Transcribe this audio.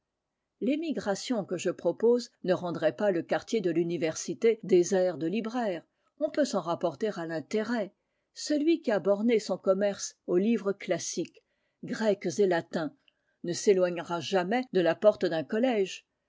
l'émigration que je propose ne rendrait pas le quartier de l'université désert de libraires on peut s'en rapporter à l'intérêt celui qui a borné son commerce aux livres classiques grecs et latins ne s'éloignera jamais de la porte d'un collège